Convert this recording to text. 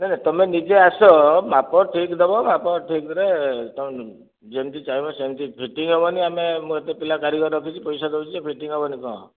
ଯେ ତୁମେ ନିଜେ ଆସ ମାପ ଠିକ ଦେବ ମାପ ଠିକ ଦେଲେ ତୁମେ ଯେମିତି ଚାହିଁବ ସେମିତି ଫିଟିଙ୍ଗ ହେବନି ଆମେ ମୁଁ ଏତେ ପିଲା କାରିଗର ରଖିଛି ପଇସା ଦେଉଛି ଫିଟିଙ୍ଗ ହେବନି କ'ଣ